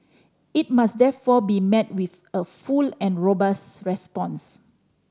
it must therefore be met with a full and robust response